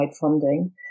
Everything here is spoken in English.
funding